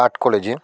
art কলেজে